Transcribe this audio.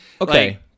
okay